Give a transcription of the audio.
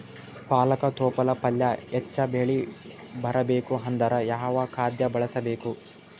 ಪಾಲಕ ತೊಪಲ ಪಲ್ಯ ಹೆಚ್ಚ ಬೆಳಿ ಬರಬೇಕು ಅಂದರ ಯಾವ ಖಾದ್ಯ ಬಳಸಬೇಕು?